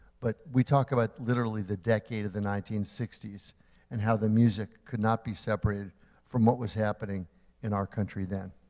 but we talk about literally the decade of the nineteen sixty s and how the music could not be separated from what was happening in our country then.